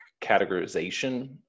categorization